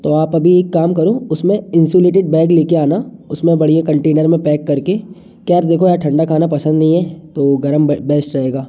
तो आप अभी एक काम करो उसमें इंसुलेटेड बैग ले के आना उसमें बढ़िया कंटेनर में पैक करके क्या यार देखो यार ठंडा खाना पसंद नहीं है तो गर्म बेस्ट रहेगा